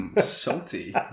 Salty